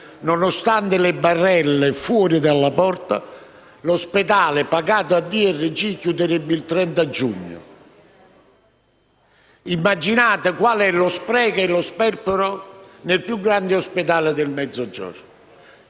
nonostante le barelle fuori dalla porta, l'ospedale, pagato a DRG, chiuderebbe il 30 giugno. Immaginate qual è lo spreco e lo sperpero nel più grande ospedale del Mezzogiorno.